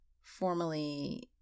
formally